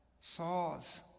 saws